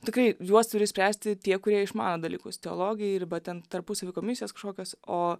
tikrai juos turi spręsti tie kurie išmano dalykus teologiją arba ten tarpusavy komisijos kažkokios o